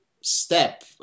step